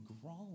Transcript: growing